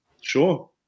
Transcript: Sure